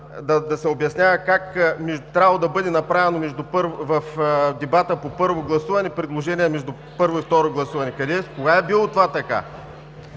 да се обяснява как е трябвало да бъде направено в дебата по първо гласуване предложение между първо и второ гласуване. Кога е било това така?